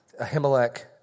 Ahimelech